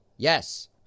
Yes